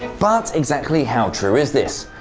but exactly how true is this?